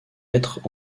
mètres